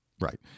Right